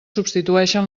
substitueixen